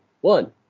one